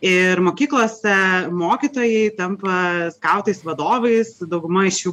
ir mokyklose mokytojai tampa skautais vadovais dauguma iš jų